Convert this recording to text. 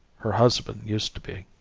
her husband used to be.